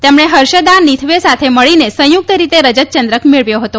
તેમણે હર્ષદા નિથવે સાથે મળીને સંયુક્ત રીતે રજત ચંદ્રક મેળવ્યો હતો